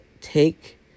take